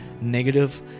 negative